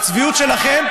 הצביעות שלכם,